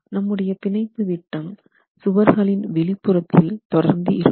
நம்முடைய பிணைப்பு விட்டம் சுவர்களின் வெளிப்புறத்தில் தொடர்ந்து இருக்கும்